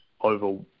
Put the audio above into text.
over